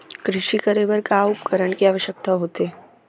कृषि करे बर का का उपकरण के आवश्यकता होथे?